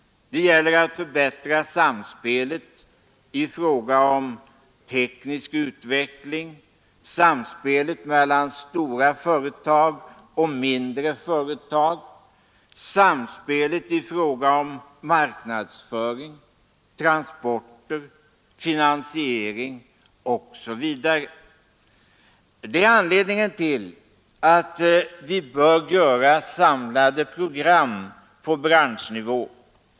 Det gäller att förbättra samspelet i fråga om teknisk utveckling, samspelet mellan stora företag och mindre företag, samspelet i fråga om marknadsföring, transporter, finansiering osv. Det är anledningen till att vi bör göra samlade program på branschnivå.